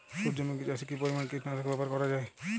সূর্যমুখি চাষে কি পরিমান কীটনাশক ব্যবহার করা যায়?